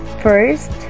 first